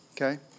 Okay